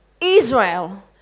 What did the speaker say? Israel